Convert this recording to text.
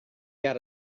got